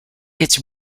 its